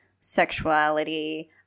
sexuality